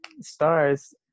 stars